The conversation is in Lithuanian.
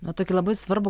na tokį labai svarbų